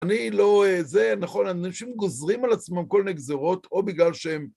אני לא... זה נכון, אנשים גוזרים על עצמם כל מיני גזרות או בגלל שהם...